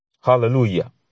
Hallelujah